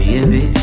Baby